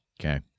Okay